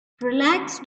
relaxed